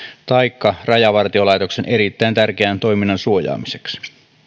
taikka rajavartiolaitoksen erittäin tärkeän toiminnan suojaamiseksi